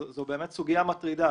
זו באמת סוגיה מטרידה.